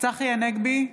צחי הנגבי,